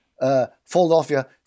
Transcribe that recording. Philadelphia